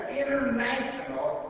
international